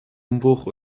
umbruch